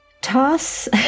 toss